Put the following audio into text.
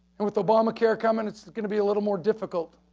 and with obamacare coming it's going to be a little more difficult.